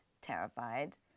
terrified